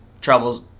troubles